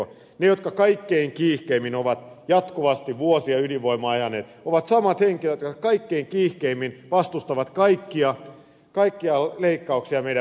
ne jotka kaikkein kiihkeimmin ovat jatkuvasti vuosia ydinvoimaa ajaneet ovat samat henkilöt jotka kaikkein kiihkeimmin vastustavat kaikkia leikkauksia meidän päästöihimme